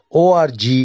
.org